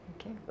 Okay